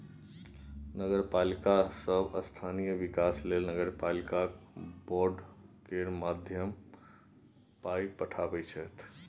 नगरपालिका सब स्थानीय बिकास लेल नगरपालिका बॉड केर माध्यमे पाइ उठाबै छै